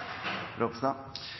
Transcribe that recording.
for en viktig replikk. Kristelig Folkeparti skulle gjerne hatt